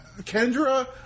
Kendra